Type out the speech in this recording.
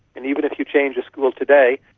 and even if you change a school today,